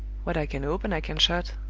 what i can open i can shut.